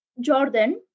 Jordan